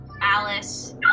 Alice